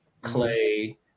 Clay